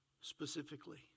Specifically